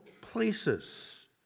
places